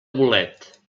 bolet